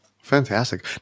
Fantastic